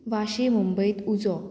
वाशी मुंबयंत उजो